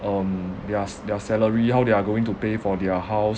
um their s~ their salary how they are going to pay for their house